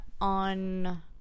on